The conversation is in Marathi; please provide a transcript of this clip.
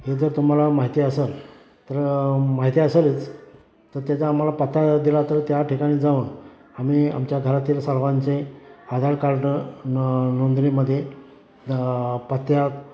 हे जर तुम्हाला माहिती असंल तर माहिती असेलच तर त्याचा आम्हाला पत्ता दिला तर त्या ठिकाणी जाऊन आम्ही आमच्या घरातील सर्वांचे आधार कार्ड न नोंदणीमध्ये पत्त्यात